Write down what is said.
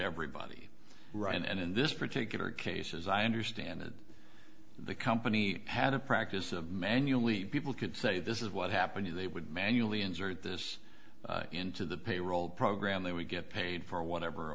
everybody right and in this particular case as i understand it the company had a practice of manually people can say this is what happened they would manually enter this into the payroll program they would get paid for whatever